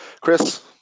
Chris